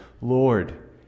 Lord